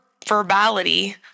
verbality